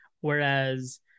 Whereas